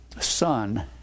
son